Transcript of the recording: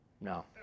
No